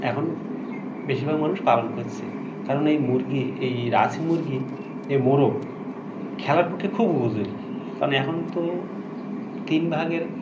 এখন বেশিরভাগ মানুষ পালন করছে কারণ এই মুরগি এই রাঁচি মুরগি এই মোরগ খেলার পক্ষে খুব উপযোগী কারণ এখন তো তিন ভাগের